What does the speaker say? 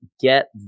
get